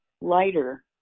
lighter